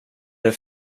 det